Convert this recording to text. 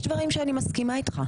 יש דברים שאנחנו מסכימה איתך.